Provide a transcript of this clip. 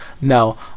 No